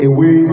Away